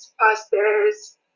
pastors